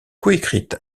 coécrite